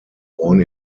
born